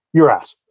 you're at